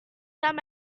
some